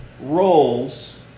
roles